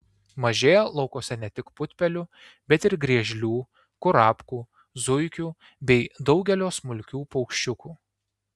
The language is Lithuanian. mažėja laukuose ne tik putpelių bet ir griežlių kurapkų zuikių bei daugelio smulkių paukščiukų